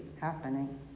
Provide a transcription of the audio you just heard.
happening